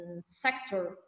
sector